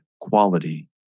quality